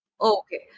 okay